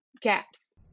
gaps